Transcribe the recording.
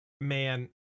Man